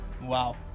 wow